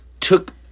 took